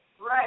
Right